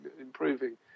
improving